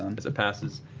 ah um as it passes.